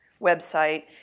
website